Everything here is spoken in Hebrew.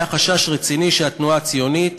היה חשש רציני שהתנועה הציונית